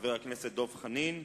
חבר הכנסת דב חנין,